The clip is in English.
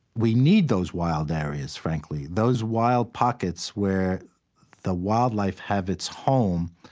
we need those wild areas, frankly, those wild pockets where the wildlife have its home,